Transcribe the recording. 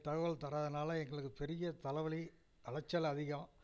தகவல் தராததனால எங்களுக்குப் பெரிய தலைவலி அலைச்சல் அதிகம்